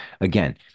again